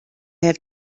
have